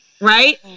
Right